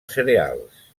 cereals